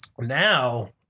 now